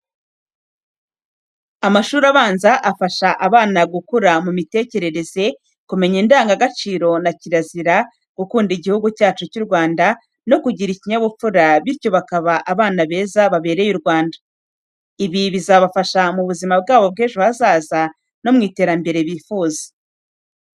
Amashuri abanza afasha abana gukura mu mitekerereze, kumenya indangagaciro na kirazira, gukunda igihugu cyacu cy'u Rwanda no kugira ikinyabupfura, bityo bakaba abana beza babereye u Rwanda. Ibi bizabafasha mu buzima byabo bw'ejo hazaza no mu iterambere bifuza.